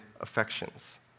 affections